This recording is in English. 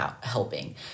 helping